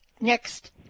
next